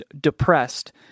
depressed